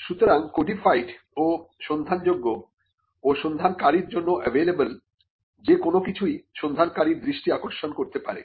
সুতরাং কোডিফায়েড ও সন্ধানযোগ্য ও সন্ধানকারীর জন্য এভেলেবেল যেকোন কিছুই সন্ধানকারীর দৃষ্টি আকর্ষণ করতে পারে